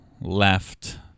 left